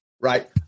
right